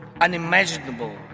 unimaginable